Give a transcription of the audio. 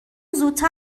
زودتر